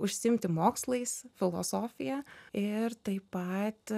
užsiimti mokslais filosofija ir taip pat